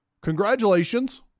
congratulations